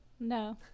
no